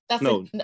No